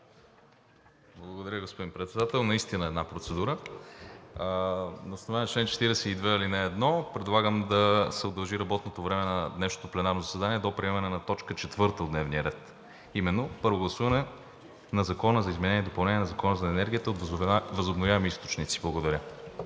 Благодаря, господин Председател. Една процедура. На основание чл. 42, ал. 1 предлагам да се удължи работното време на днешното пленарно заседание до приемане на т. 4 от дневния ред, а именно – първо гласуване на Законопроекта за изменение и допълнение на Закона за енергията от възобновяеми източници. Благодаря.